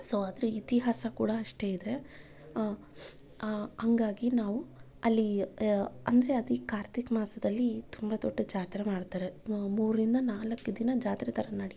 so ಅದರ ಇತಿಹಾಸ ಕೂಡ ಅಷ್ಟೇ ಇದೆ ಹಾಗಾಗಿ ನಾವು ಅಲ್ಲಿ ಅಂದರೆ ಅಲ್ಲಿ ಕಾರ್ತಿಕ ಮಾಸದಲ್ಲಿ ತುಂಬ ದೊಡ್ಡ ಜಾತ್ರೆ ಮಾಡ್ತಾರೆ ಮೂರರಿಂದ ನಾಲ್ಕು ದಿನ ಜಾತ್ರೆ ಥರ ನಡೆಯುತ್ತೆ